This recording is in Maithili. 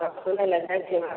सब सुनै लय जाइत छियै नहि